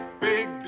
big